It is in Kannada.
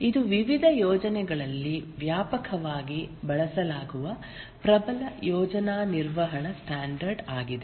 ಇದು ವಿವಿಧ ಯೋಜನೆಗಳಲ್ಲಿ ವ್ಯಾಪಕವಾಗಿ ಬಳಸಲಾಗುವ ಪ್ರಬಲ ಯೋಜನಾ ನಿರ್ವಹಣಾ ಸ್ಟ್ಯಾಂಡರ್ಡ್ ಆಗಿದೆ